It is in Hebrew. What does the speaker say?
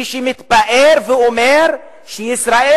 מי שמתפאר ואומר שישראל,